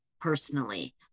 personally